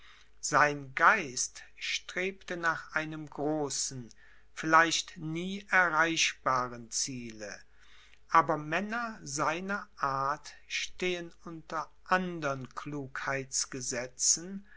sein geist strebte nach einem großen vielleicht nie erreichbaren ziele aber männer seiner art stehen unter andern